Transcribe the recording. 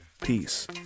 Peace